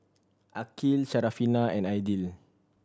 Aqil Syarafina and Aidil